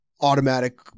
automatic